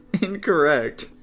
Incorrect